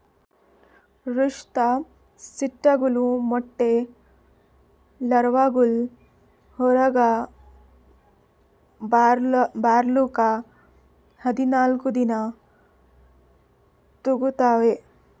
ರೇಷ್ಮೆ ಚಿಟ್ಟೆಗೊಳ್ದು ಮೊಟ್ಟೆ ಲಾರ್ವಾಗೊಳ್ ಹೊರಗ್ ಬರ್ಲುಕ್ ಹದಿನಾಲ್ಕು ದಿನ ತೋಗೋತಾವ್